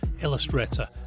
illustrator